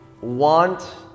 want